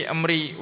Amri